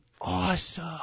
awesome